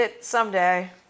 Someday